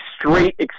straight